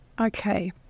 Okay